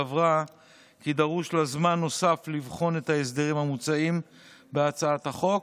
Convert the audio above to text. סברה כי דרוש לה זמן נוסף לבחון את ההסדרים המוצעים בהצעת החוק.